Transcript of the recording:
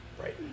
right